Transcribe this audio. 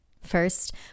First